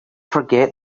forget